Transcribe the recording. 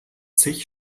sich